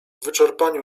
wyczerpaniu